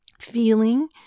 feeling